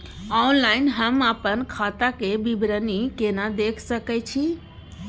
Online हम अपन खाता के विवरणी केना देख सकै छी?